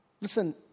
Listen